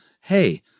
Hey